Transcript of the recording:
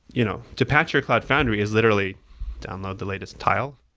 you know to patch your cloud foundry is literally download the latest tile,